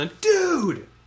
Dude